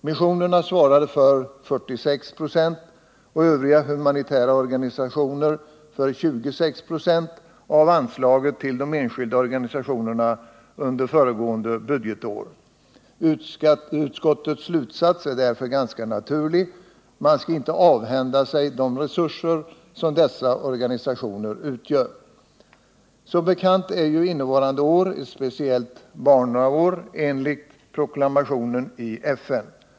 Missionerna svarade för 46 96 och övriga humanitära organisationer för 26 26 av anslaget till de enskilda organisationerna under föregående budgetår. Utskottets slutsats är därför ganska naturlig: Man skall inte avhända sig de resurser som dessa organisationer utgör. Som bekant är innevarande år ett speciellt barnår enligt proklamationen i FN.